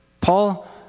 Paul